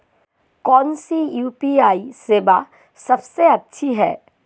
कौन सी यू.पी.आई सेवा सबसे अच्छी है?